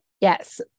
Yes